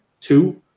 two